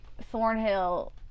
Thornhill